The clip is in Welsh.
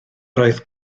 roedd